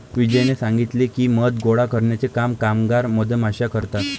विजयने सांगितले की, मध गोळा करण्याचे काम कामगार मधमाश्या करतात